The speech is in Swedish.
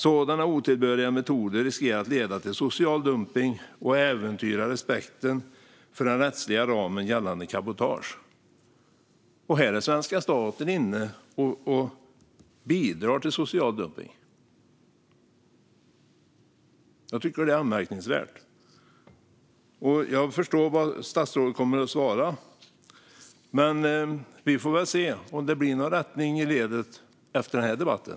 Sådana otillbörliga metoder riskerar att leda till social dumpning och äventyrar respekten för den rättsliga ramen gällande cabotage." Här är den svenska staten inne och bidrar till social dumpning! Jag tycker att det är anmärkningsvärt. Jag förstår vad statsrådet kommer att svara, men vi får väl se om det blir någon rättning i ledet efter den här debatten.